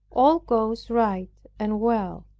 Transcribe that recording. all goes right and well.